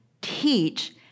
teach